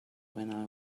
when